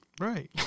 Right